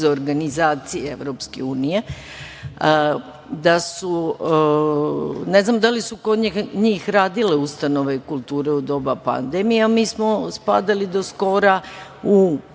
iz organizacije EU. Ne znam da li su kod njih radile ustanove kulture u doba pandemije, ali mi smo spadali do skora u